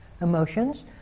emotions